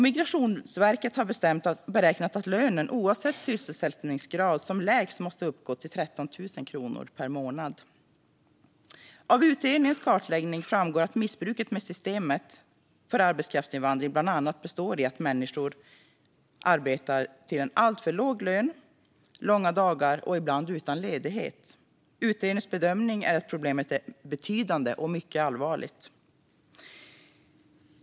Migrationsverket har beräknat att lönen oavsett sysselsättningsgrad som lägst måste uppgå till 13 000 kronor per månad. Av utredningens kartläggning framgår att missbruket av systemet för arbetskraftsinvandring bland annat består i att människor arbetar till en alltför låg lön, långa dagar och ibland utan ledighet. Utredningens bedömning är att problemet är betydande och mycket allvarligt.